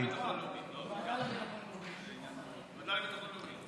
הוועדה לביטחון לאומי.